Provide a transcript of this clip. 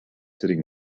sitting